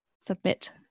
submit